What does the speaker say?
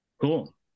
Cool